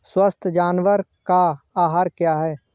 स्वस्थ जानवर का आहार क्या है?